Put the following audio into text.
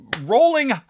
rolling